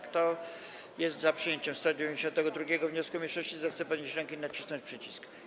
Kto jest za przyjęciem 192. wniosku mniejszości, zechce podnieść rękę i nacisnąć przycisk.